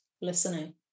listening